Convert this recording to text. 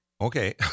Okay